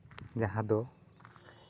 ᱡᱟᱦᱟᱸ ᱫᱚ